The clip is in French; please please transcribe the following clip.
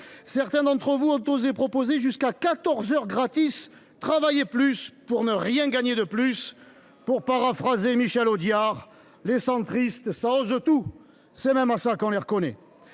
Certains d’entre vous ont osé proposer jusqu’à quatorze heures gratis ! Travailler plus pour ne rien gagner de plus ! Pour paraphraser Michel Audiard, les centristes, ça ose tout, c’est même à ça qu’on les reconnaît.